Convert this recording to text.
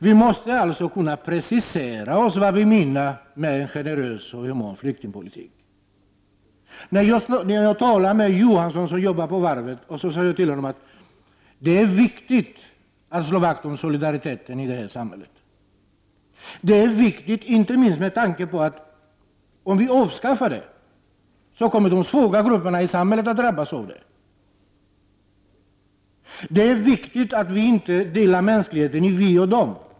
Vi måste kunna precisera vad vi menar med generös och human flyktingpolitik. När jag talar med Johansson på varvet säger jag till honom att det är viktigt att slå vakt om solidariteten i det här samhället. Det är viktigt inte minst med tanke på att om solidaritet avskaffas kommer de svaga grupperna i samhället att drabbas. Det är viktigt att vi inte delar mänskligheten i vi och dem.